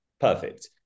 perfect